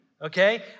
okay